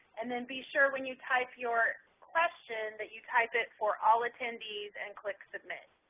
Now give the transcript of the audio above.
and then be sure when you type your question that you type it for all attendees and click submit.